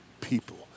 people